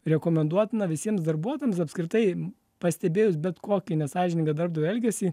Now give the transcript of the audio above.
rekomenduotina visiems darbuotojams apskritai pastebėjus bet kokį nesąžiningą darbdavio elgesį